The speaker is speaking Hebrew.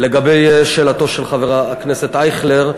לגבי שאלתו של חבר הכנסת אייכלר,